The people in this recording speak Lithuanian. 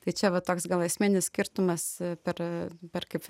tai čia va toks gal esminis skirtumas per per kaip